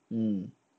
mm